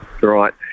Right